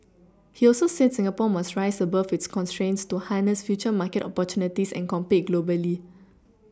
he also said Singapore must rise above its constraints to harness future market opportunities and compete globally